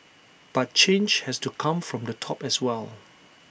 but change has to come from the top as well